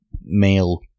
male